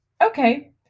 okay